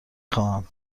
خواهم